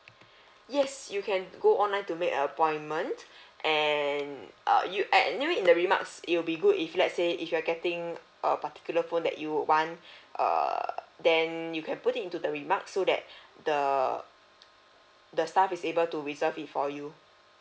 yes you can go online to make a appointment and uh you and anyway in the remarks it'll be good if let's say if you're getting a particular phone that you want err then you can put it into the remarks so that the the staff is able to reserve it for you